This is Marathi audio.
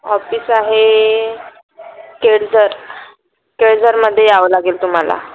ऑफिस आहे केळझर केळझरमध्ये यावं लागेल तुम्हाला